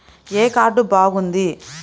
ఏ card బాగుంది?